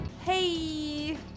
hey